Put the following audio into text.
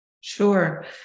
Sure